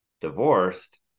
divorced